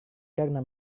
karena